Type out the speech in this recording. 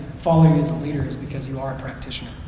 follow you as a leader is because you are a practitioner.